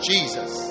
Jesus